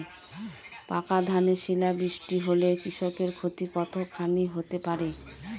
পাকা ধানে শিলা বৃষ্টি হলে কৃষকের ক্ষতি কতখানি হতে পারে?